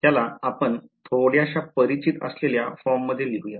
त्याला आपण थोड्याश्या परिचित असलेल्या फॉर्म मध्ये लिहुयात